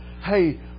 hey